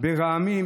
ברעמים,